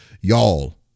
y'all